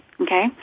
Okay